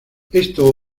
esto